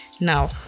Now